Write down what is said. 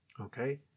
Okay